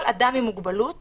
כל אדם עם מוגבלות